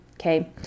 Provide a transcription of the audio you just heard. Okay